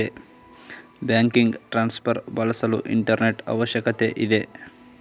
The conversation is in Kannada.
ಬ್ಯಾಂಕಿಂಗ್ ಟ್ರಾನ್ಸ್ಫರ್ ಬಳಸಲು ಇಂಟರ್ನೆಟ್ ಅವಶ್ಯಕತೆ ಇದೆ